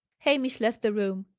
hamish left the room.